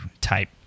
type